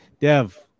Dev